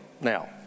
now